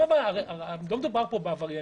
הרי לא מדובר פה בעבריינים.